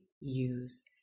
use